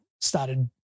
started